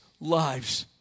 lives